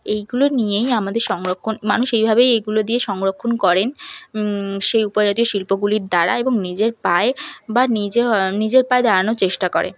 এইগুলো নিয়েই আমাদের সংরক্ষণ মানুষ এইভাবেই এইগুলো দিয়ে সংরক্ষণ করেন সেই উপজাতীয় শিল্পগুলির দ্বারা এবং নিজের পায়ে বা নিজে হ নিজের পায়ে দাঁড়ানোর চেষ্টা করে